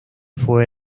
fue